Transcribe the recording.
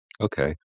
Okay